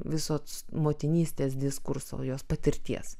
visos motinystės diskurso jos patirties